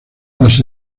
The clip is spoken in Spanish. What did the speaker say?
las